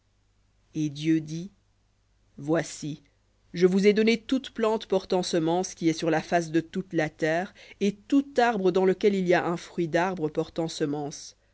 et dieu dit voici je vous ai donné toute plante portant semence qui est sur la face de toute la terre et tout arbre dans lequel il y a un fruit d'arbre portant semence